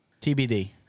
TBD